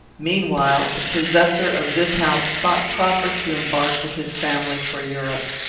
meanwhile, the possessor of this house thought proper to embark with his family for europe.